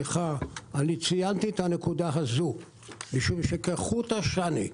אני ציינתי את הנקודה הזו משום שכחוט השני,